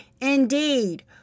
indeed